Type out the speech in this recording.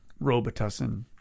robitussin